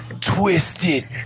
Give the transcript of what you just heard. twisted